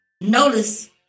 notice